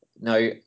Now